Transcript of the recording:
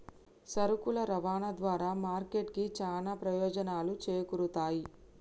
సరుకుల రవాణా ద్వారా మార్కెట్ కి చానా ప్రయోజనాలు చేకూరుతయ్